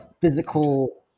physical